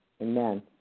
Amen